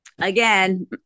again